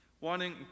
wanting